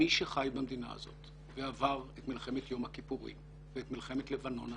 מי שחי במדינה הזו ועבר את מלחמת יום הכיפורים ואת מלחמת לבנון השנייה,